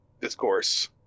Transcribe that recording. Discourse